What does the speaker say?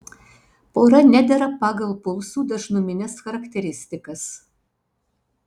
pora nedera pagal pulsų dažnumines charakteristikas